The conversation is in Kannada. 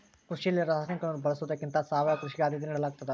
ಕೃಷಿಯಲ್ಲಿ ರಾಸಾಯನಿಕಗಳನ್ನು ಬಳಸೊದಕ್ಕಿಂತ ಸಾವಯವ ಕೃಷಿಗೆ ಆದ್ಯತೆ ನೇಡಲಾಗ್ತದ